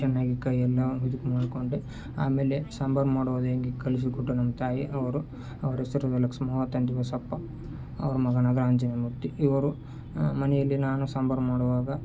ಚೆನ್ನಾಗಿ ಕೈಯನ್ನು ಇದಕ್ಕೆ ಮಾಡಿಕೊಂಡೆ ಆಮೇಲೆ ಸಾಂಬಾರು ಮಾಡೋದು ಹೆಂಗೆ ಕಲಿಸಿಕೊಟ್ಟ ನನ್ನ ತಾಯಿ ಅವರು ಅವ್ರ ಹೆಸ್ರು ಲಕ್ಷ್ಮವ್ವ ತಂದೆ ಬಸಪ್ಪ ಅವ್ರ ಮಗ ಆಂಜನೇಯ ಮೂರ್ತಿ ಇವರು ಮನೆಯಲ್ಲಿ ನಾನು ಸಾಂಬಾರು ಮಾಡುವಾಗ